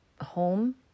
home